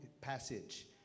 passage